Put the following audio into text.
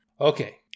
Okay